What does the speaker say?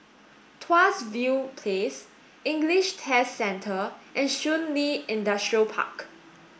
Tuas View Place English Test Centre and Shun Li Industrial Park